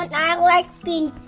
i like being